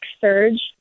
surge